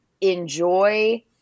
enjoy